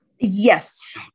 yes